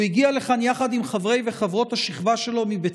הוא הגיע לכאן יחד עם חברי וחברות השכבה שלו מבית